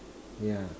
yeah